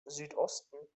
südosten